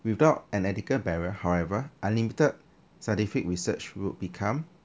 without an ethical barrier however unlimited scientific research will become